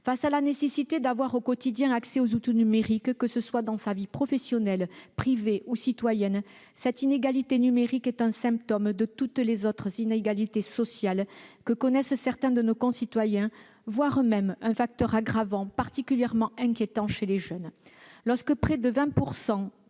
Face à la nécessité d'avoir au quotidien accès aux outils numériques, que ce soit dans sa vie professionnelle, privée ou citoyenne, cette inégalité numérique est un symptôme de toutes les autres inégalités sociales que connaissent certains de nos concitoyens, voire un facteur aggravant particulièrement inquiétant chez les jeunes. Sachant que près de 20